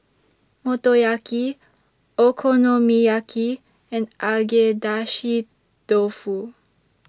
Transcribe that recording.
Motoyaki Okonomiyaki and Agedashi Dofu